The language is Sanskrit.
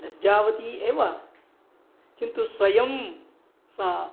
लज्जावती एव किन्तु स्वयं सा